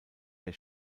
der